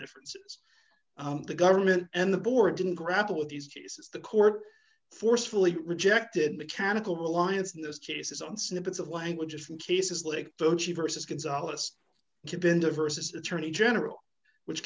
differences the government and the board didn't grapple with these cases the court forcefully rejected mechanical reliance in those cases on snippets of language from cases like bocce versus gonzales cabinda versus attorney general which